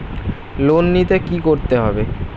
Loan নিতে কী করতে হবে?